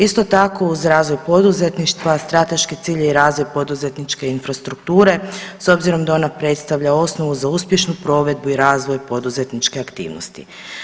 Isto tako uz razvoj poduzetništva strateški cilj je i razvoj poduzetničke infrastrukture s obzirom da ona predstavlja osnovu za uspješnu provedbu i razvoj poduzetničke aktivnosti.